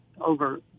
over